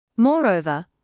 Moreover